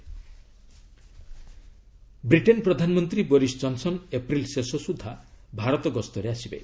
Boris Johnson Britain ପ୍ରଧାନମନ୍ତ୍ରୀ Boris Johnson April ଶେଷ ସୁଦ୍ଧା ଭାରତ ଗସ୍ତରେ ଆସିବେ